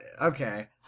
Okay